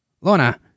Lorna